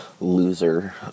loser